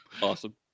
awesome